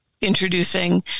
introducing